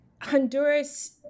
Honduras